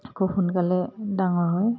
আকৌ সোনকালে ডাঙৰ হয়